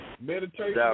meditation